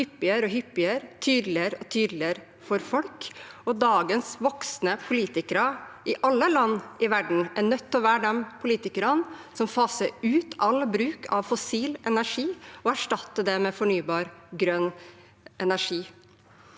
hyppigere og hyppigere og tydeligere og tydeligere for folk. Dagens voksne politikere i alle land i verden er nødt til å være de politikerne som faser ut all bruk av fossil energi og erstatter den med fornybar, grønn energi.